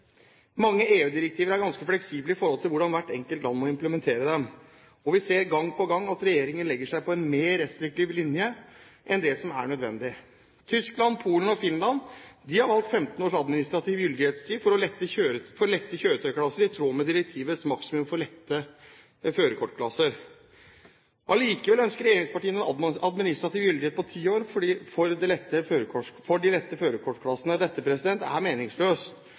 Mange EU-direktiver er ganske fleksible i forhold til hvordan hvert enkelt land må implementere dem, og vi ser gang på gang at regjeringen legger seg på en mer restriktiv linje enn det som er nødvendig. Tyskland, Polen og Finland har valgt 15 års administrativ gyldighetstid for lette kjøretøyklasser, i tråd med direktivets maksimum. Allikevel ønsker regjeringen en administrativ gyldighet på 10 år for lette førerkortklasser. Dette er meningsløst. Det er viktig å huske på at vi går fra en situasjon der folk i praksis fikk førerkort for resten av livet – som de